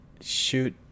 shoot